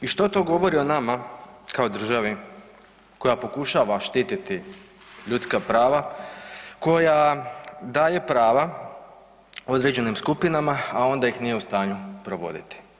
I što to govori o nama kao državi koja pokušava štititi ljudska prava, koja daje prava određenim skupinama, a onda ih nije u stanju provoditi?